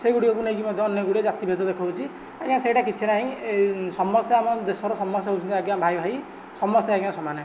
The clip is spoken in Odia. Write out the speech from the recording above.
ସେହି ଗୁଡ଼ିକକୁ ନେଇ ମଧ୍ୟ ଅନ୍ୟ ଗୁଡ଼ିଏ ଜାତିଭେଦ ଦେଖାଉଛି ଆଜ୍ଞା ସେଇଟା କିଛି ନାହିଁ ଏହି ସମସ୍ୟା ଆମ ଦେଶର ସମସ୍ତେ ହେଉଛନ୍ତି ଭାଇ ଭାଇ ସମସ୍ତେ ଆଜ୍ଞା ସମାନେ